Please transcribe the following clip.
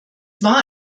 war